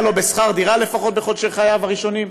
לו לפחות בשכר דירה בחודשי חייו הראשונים?